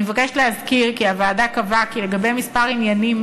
אני מבקשת להזכיר כי הוועדה קבעה שלגבי כמה עניינים